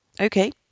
Okay